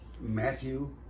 Matthew